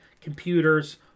computers